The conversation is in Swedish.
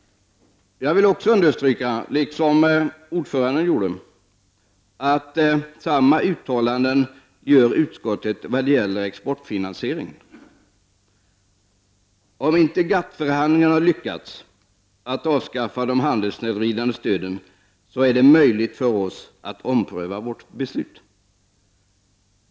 Jag vill också understryka, liksom ordföranden gjorde, att utskottet gör samma uttalande när det gäller exportfinansiering. Om man inte i GATT-förhandlingarna lyckas att avskaffa de handelssnedvridande stöden, är det möjligt för oss att ompröva vårt beslut.